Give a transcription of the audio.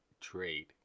trade